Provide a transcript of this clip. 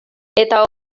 eta